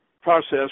process